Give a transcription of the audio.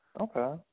Okay